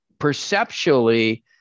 perceptually